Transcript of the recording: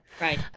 Right